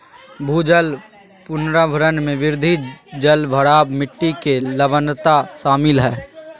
भूजल पुनर्भरण में वृद्धि, जलभराव, मिट्टी के लवणता शामिल हइ